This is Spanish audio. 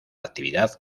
actividad